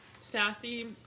sassy